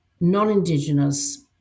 non-indigenous